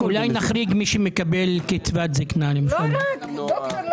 אולי נחריג מי שמקבל קצבת זקנה, למשל?